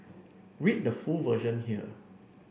read the full version here